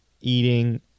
eating